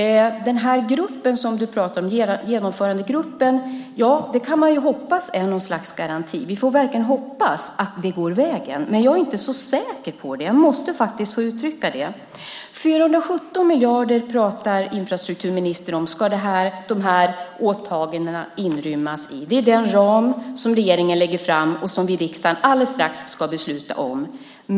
Vi kan hoppas att Genomförandegruppen är något slags garanti. Vi får verkligen hoppas att det går vägen, men jag är inte så säker på det. Jag måste faktiskt få uttrycka det. Infrastrukturministern talar om att åtagandena ska inrymmas i 417 miljarder. Det är den ram som regeringen lägger fram och som riksdagen snart ska besluta om.